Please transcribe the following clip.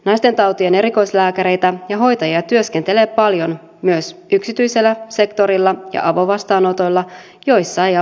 naistentautien erikoislääkäreitä ja hoitajia työskentelee paljon myös yksityisellä sektorilla ja avovastaanotoilla joilla ei abortteja suoriteta